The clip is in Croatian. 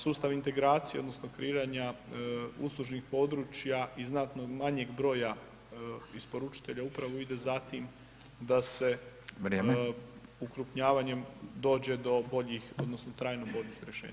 Sustav integracije odnosno kreiranja uslužnih područja i znatno manjeg broja isporučitelja upravo ide za tim da se ukrupnjavanjem dođe do boljih odnosno trajno bolji rješenja.